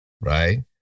right